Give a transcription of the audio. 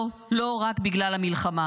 לא, לא רק בגלל המלחמה.